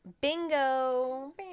bingo